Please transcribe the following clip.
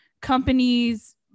companies